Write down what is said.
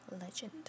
legend